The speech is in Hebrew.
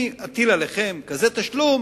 אני אטיל עליכם כזה תשלום